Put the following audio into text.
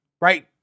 Right